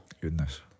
Goodness